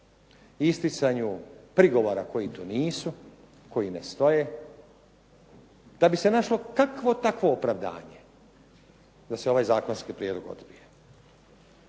isticanju prigovora koji to nisu, koji ne stoje, da bi se našlo kakvo takvo opravdanje da se ovaj zakonski prijedlog odbije.